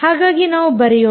ಹಾಗಾಗಿ ನಾವು ಬರೆಯೋಣ